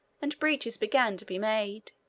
and breaches began to be made.